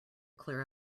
clear